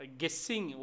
guessing